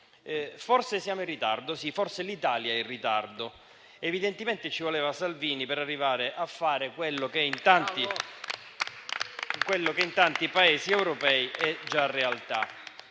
Forse siamo in ritardo, sì, forse l'Italia è in ritardo; evidentemente ci voleva Salvini per arrivare a fare quello che in tanti Paesi europei è già realtà.